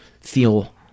feel